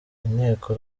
inteko